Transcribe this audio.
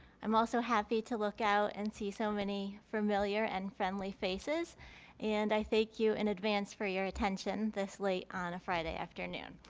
i'm also happy to look out and see so many familiar and friendly faces and i thank you in advance for your attention this late on a friday afternoon.